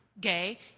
gay